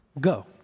Go